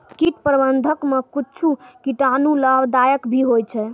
कीट प्रबंधक मे कुच्छ कीटाणु लाभदायक भी होय छै